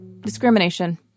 Discrimination